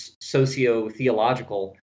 socio-theological